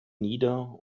nieder